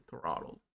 throttled